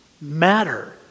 matter